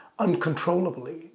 uncontrollably